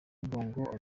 bongo